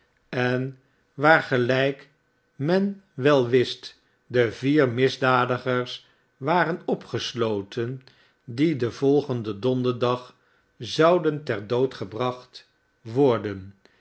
en waar gelijk men wel wist de vier misdadigers waren opgesloten die den volgenden donderdag zouden ter dood gebracht worden